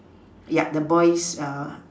yeah the boy's a